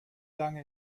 lange